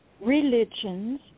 religions